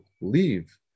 leave